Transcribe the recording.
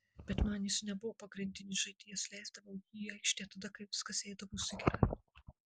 bet man jis nebuvo pagrindinis žaidėjas leisdavau jį į aikštę tada kai viskas eidavosi gerai